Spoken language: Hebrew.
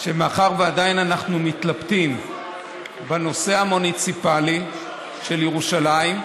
שמאחר שאנחנו עדיין מתלבטים בנושא המוניציפלי של ירושלים,